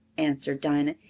answered dinah.